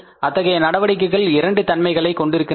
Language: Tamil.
அத்தகைய நடவடிக்கைகள் இரண்டு தன்மைகளை கொண்டிருக்கின்றன